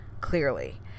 clearly